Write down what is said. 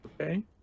Okay